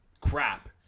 crap